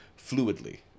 fluidly